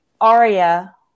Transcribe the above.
Aria